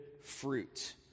fruit